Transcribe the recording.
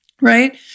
right